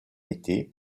été